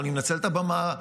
אני מנצל את הבמה,